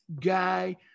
guy